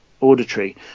auditory